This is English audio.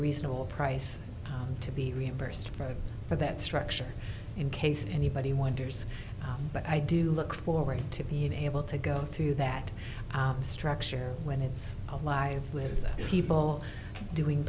reasonable price to be reimbursed for for that structure in case anybody wonders but i do look forward to being able to go through that structure when it's alive with people doing